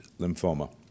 lymphoma